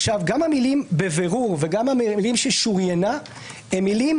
המילים "בבירור" ו-"שוריינה" הן מילים